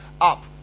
up